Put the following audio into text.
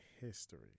history